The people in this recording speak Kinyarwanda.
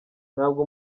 ntabwo